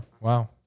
Wow